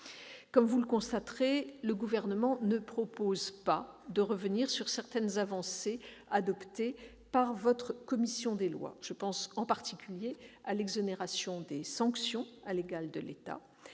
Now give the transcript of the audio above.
messieurs les sénateurs, le Gouvernement ne propose pas de revenir sur certaines avancées adoptées par votre commission des lois. Je pense, en particulier, à l'exonération des sanctions à l'égal de l'État.